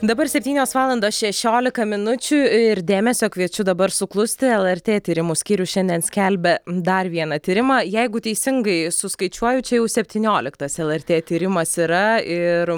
dabar septynios valandos šešiolika minučių ir dėmesio kviečiu dabar suklusti lrt tyrimų skyrius šiandien skelbia dar vieną tyrimą jeigu teisingai suskaičiuoju čia jau septynioliktas lrt tyrimas yra ir